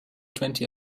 twenty